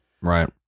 Right